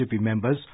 members